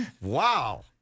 Wow